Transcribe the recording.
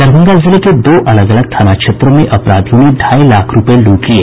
दरभंगा जिले के दो अलग अलग थाना क्षेत्रों में अपराधियों ने ढाई लाख रुपये लूट लिये